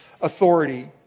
authority